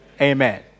amen